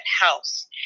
house